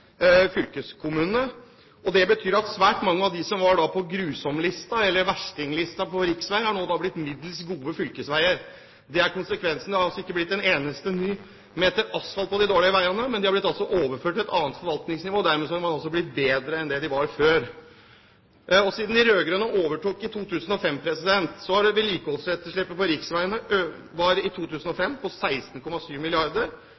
fylkeskommunene. Det betyr at svært mange av dem som var på grusomlista, eller verstinglista, når det gjelder riksveier, nå er blitt middels gode fylkesveier. Det er konsekvensen. Det har altså ikke blitt en eneste ny meter asfalt på de dårlige veiene, men de har blitt overført til et annet forvaltningsnivå, og dermed har de altså blitt bedre enn det de var før. Siden de rød-grønne overtok i 2005, har vedlikeholdsetterslepet på riksveiene økt. Det var i